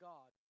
God